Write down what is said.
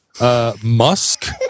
Musk